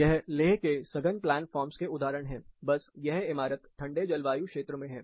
यह लेह के सघन प्लान फॉर्म्स के उदाहरण हैं बस यह इमारत ठंडे जलवायु क्षेत्र में है